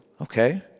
okay